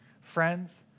Friends